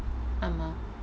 (uh huh)